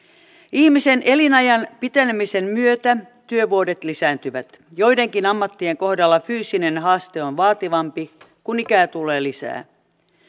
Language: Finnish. ihmisen elinajan pitenemisen myötä työvuodet lisääntyvät joidenkin ammattien kohdalla fyysinen haaste on vaativampi kun ikää tulee lisää